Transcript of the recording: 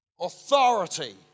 Authority